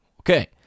okay